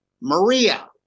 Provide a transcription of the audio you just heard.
Maria